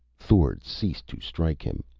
thord ceased to strike him.